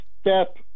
step